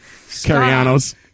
Carrianos